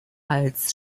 als